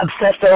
obsessed